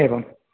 एवं